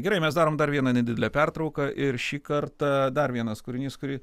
gerai mes darom dar vieną nedidelę pertrauką ir šį kartą dar vienas kūrinys kurį